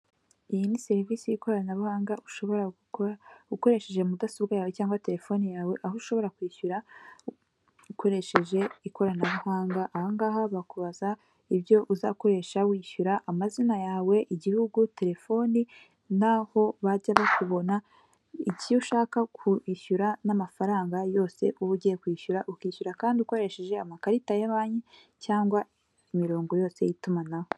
Iyi ni serivisi y'ikoranabuhanga ushobora gukora ukoresheje mudasobwa yawe cyangwa telefone yawe, aho ushobora kwishyura ukoresheje ikoranabuhanga. Ahangaha bakubaza ibyo uzakoresha wishyura amazina yawe, igihugu, telefoni naho bajya bakubona. Icyo ushaka kwishyura n'amafaranga yose uba ugiye kwishyura, ukishyura kandi ukoresheje amakarita ya banki cyangwa imirongo yose y'itumanaho.